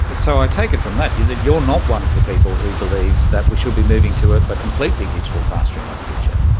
so i take it from that that you're not one of the people who believes that we should be moving to a but completely digital classroom in the future.